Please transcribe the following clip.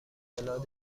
اطلاع